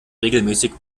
regelmäßig